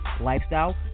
lifestyle